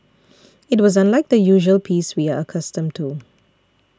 it was unlike the usual peace we are accustomed to